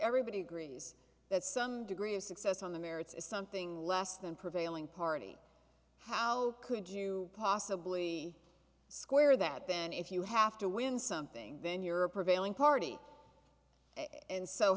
everybody agrees that some degree of success on the merits is something less than prevailing party how could you possibly square that and if you have to win something then you're prevailing party and so